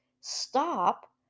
stop